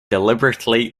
deliberately